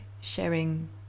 sharing